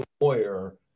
lawyer